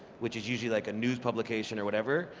which is usually like a news publication or whatever,